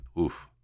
Oof